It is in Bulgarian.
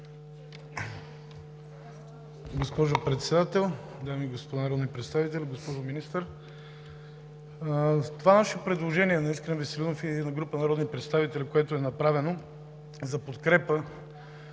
Госпожо Председател, уважаеми дами и господа народни представители, госпожо Министър! Това наше предложение – на Искрен Веселинов и група народни представители, е направено за подкрепа